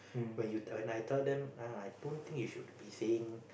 when you tell I tell them I don't think you should be saying